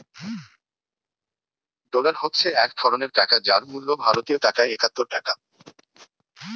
dollar হচ্ছে এক ধরণের টাকা যার মূল্য ভারতীয় টাকায় একাত্তর টাকা